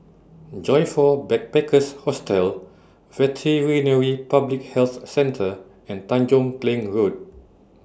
Joyfor Backpackers' Hostel Veterinary Public Health Centre and Tanjong Kling Road